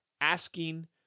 asking